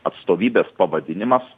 atstovybės pavadinimas